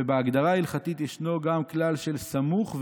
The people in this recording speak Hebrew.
ובהגדרה ההלכתית ישנו גם כלל של סמוך ונראה,